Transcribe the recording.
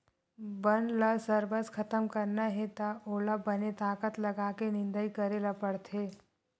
बन ल सरबस खतम करना हे त ओला बने ताकत लगाके निंदई करे ल परथे